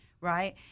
Right